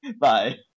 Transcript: bye